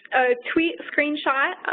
a tweet screenshot.